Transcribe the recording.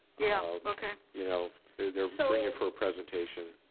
yeah, okay. you know they're bringing for a presentation.